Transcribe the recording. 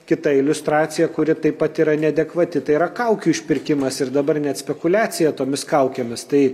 kita iliustracija kuri taip pat yra neadekvati tai yra kaukių išpirkimas ir dabar net spekuliacija tomis kaukėmis tai